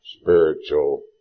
spiritual